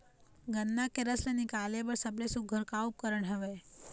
गन्ना के रस ला निकाले बर सबले सुघ्घर का उपकरण हवए?